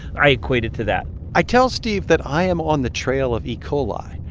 i equate it to that i tell steve that i am on the trail of e. coli.